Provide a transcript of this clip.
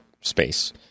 space